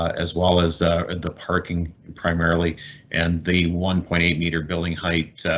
as well as the parking primarily and the one point eight meter building height.